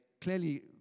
clearly